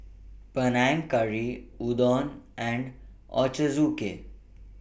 Panang Curry Udon and Ochazuke